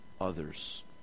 others